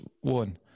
one